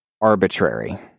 arbitrary